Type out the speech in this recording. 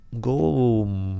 Go